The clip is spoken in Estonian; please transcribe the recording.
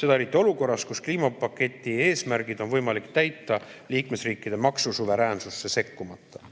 Seda eriti olukorras, kus kliimapaketi eesmärgid on võimalik täita liikmesriikide maksusuveräänsusesse sekkumata.